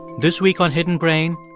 this week on hidden brain,